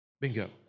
Bingo